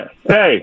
Hey